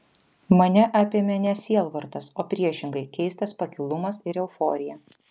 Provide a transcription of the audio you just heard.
mane apėmė ne sielvartas o priešingai keistas pakilumas ir euforija